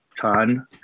ton